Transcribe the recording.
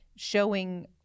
showing